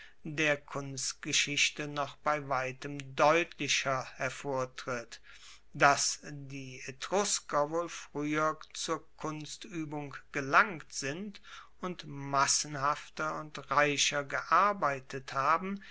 der kunstgeschichte noch bei weitem deutlicher hervortritt dass die etrusker wohl frueher zur kunstuebung gelangt sind und massenhafter und reicher gearbeitet haben